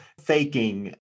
faking